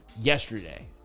yesterday